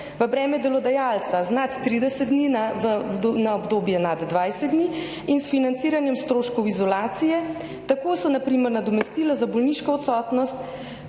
v breme delodajalca z nad 30 dni na obdobje nad 20 dni in s financiranjem stroškov izolacije. Tako so, na primer, nadomestila za bolniško odsotnost